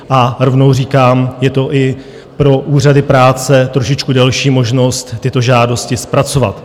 A rovnou říkám, je to i pro úřady práce trošičku delší možnost tyto žádosti zpracovat.